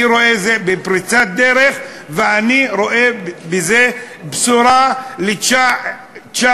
אני רואה בזה פריצת דרך ואני רואה בזה בשורה ל-900